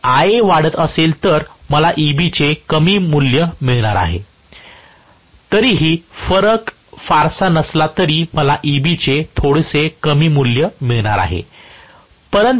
जर Ia वाढत असेल तर मला Eb चे कमी मूल्य मिळणार आहे तरीही फरक फारसा नसला तरी मला Ebचे थोडेसे कमी मूल्य मिळणार आहे